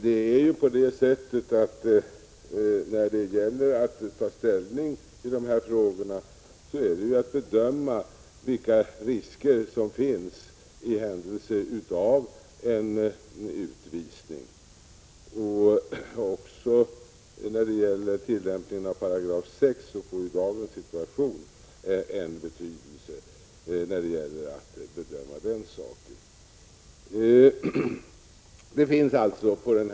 När man skall ta ställning i dessa frågor gäller det att bedöma vilka risker som föreligger i händelse av en utvisning. Även tillämpningen av 6 § i lagen får en viss betydelse vid bedömningen av hur situationen är i dag.